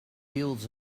fields